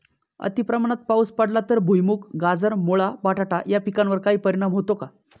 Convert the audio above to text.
अतिप्रमाणात पाऊस पडला तर भुईमूग, गाजर, मुळा, बटाटा या पिकांवर काही परिणाम होतो का?